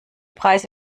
preise